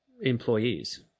employees